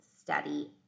study